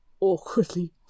awkwardly